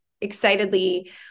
excitedly